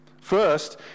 First